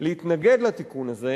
להתנגד לתיקון הזה.